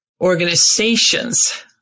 organizations